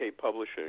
Publishing